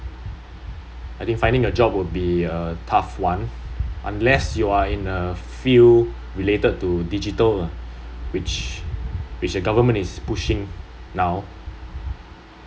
I think finding a job would be a tough one unless you are in a field related to digital lah which which government is pushing now